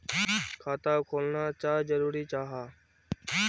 खाता खोलना चाँ जरुरी जाहा?